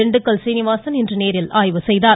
திண்டுக்கல் சீனிவாசன் இன்று நேரில் ஆய்வு செய்தார்